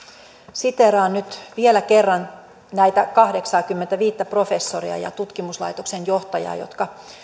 siteeraan nyt vielä kerran näitä kahdeksaakymmentäviittä professoria ja tutkimuslaitoksen johtajaa jotka